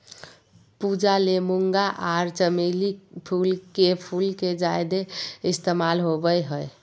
पूजा ले मूंगा आर चमेली के फूल के ज्यादे इस्तमाल होबय हय